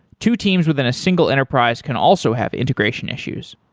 two teams within a single enterprise can also have integration issues.